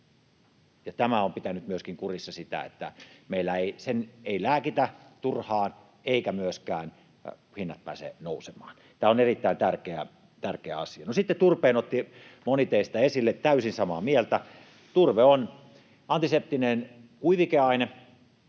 Tämä on pitänyt myöskin kurissa sitä, että meillä ei lääkitä turhaan eivätkä myöskään hinnat pääse nousemaan. Tämä on erittäin tärkeä asia. No sitten turpeen otti moni teistä esille — täysin samaa mieltä. Turve on antiseptinen kuivikeaine,